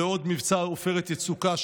לעוד מבצע עופרת יצוקה,